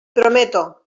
prometo